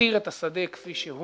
שמותיר את השדה כפי שהוא.